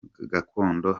gakondo